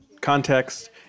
context